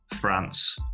France